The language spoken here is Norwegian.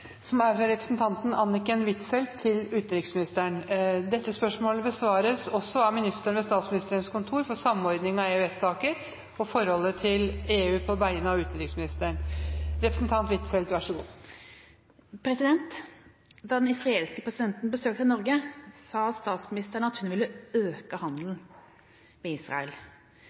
utenriksministeren. Spørsmålet besvares også av ministeren ved Statsministerens kontor for samordning av EØS-saker og forholdet til EU, på vegne av utenriksministeren, som er bortreist. «Da den israelske presidenten besøkte Norge, sa statsministeren at hun ville øke handelen med Israel.